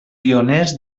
pioners